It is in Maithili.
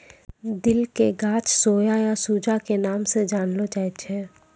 दिल के गाछ सोया या सूजा के नाम स जानलो जाय छै